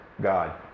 God